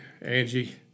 Angie